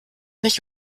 nicht